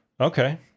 Okay